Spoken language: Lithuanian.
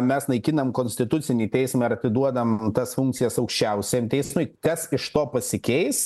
mes naikinam konstitucinį teismą ir atiduodam tas funkcijas aukščiausiajam teismui kas iš to pasikeis